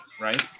right